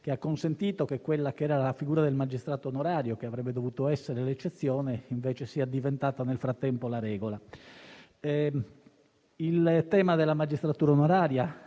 che ha consentito che la figura del magistrato onorario, che avrebbe dovuto essere l'eccezione, sia diventata invece nel frattempo la regola. Il tema della magistratura onoraria